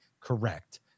correct